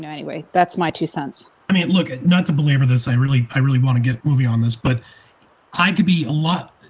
you know anyway, that's my two cents. i mean, look, ah not to belabor this. i really i really want to get moving on this, but i could be a lot